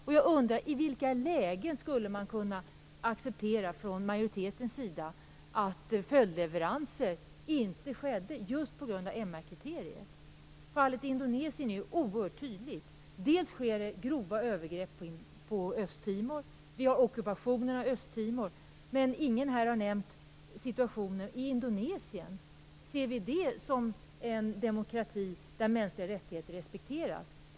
Och jag undrar: I vilka lägen skulle man kunna acceptera från majoritetens sida att följdleveranser inte skedde just på grund av MR Fallet Indonesien är ju oerhört tydligt. Det sker grova övergrepp på Östtimor - det är ju ockuperat - men ingen här har nämnt situationen i Indonesien. Ser vi det som en demokrati där mänskliga rättigheter respekteras?